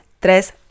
tres